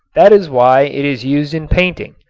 that is why it is used in painting.